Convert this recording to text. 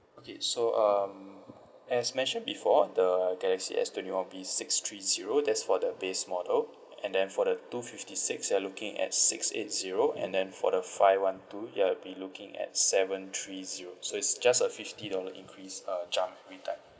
okay so um as mentioned before the there is the S twenty one will be six three zero that's for the base model and then for the two fifty six you're looking at six eight zero and then for the five one two you are be looking at seven three zero so it's just a fifty dollar increase uh jump every time